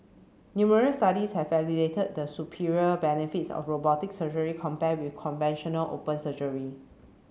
numerous studies have validated the superior benefits of robotic surgery compared with conventional open surgery